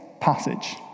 passage